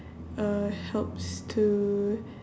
uh helps to